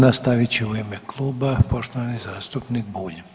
Nastavit će u ime kluba poštovani zastupnik Bulj.